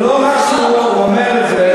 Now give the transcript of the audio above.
ולא רק שהוא אומר את זה,